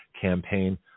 campaign